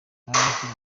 barambwira